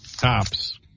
cops